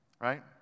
Right